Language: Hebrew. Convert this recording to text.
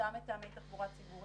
אותם מתאמי תחבורה ציבורית,